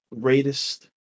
greatest